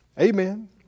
Amen